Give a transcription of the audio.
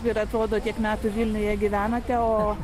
ir atrodo tiek metų vilniuje gyvenate o